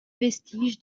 vestiges